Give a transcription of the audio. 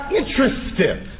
interested